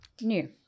New